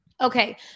okay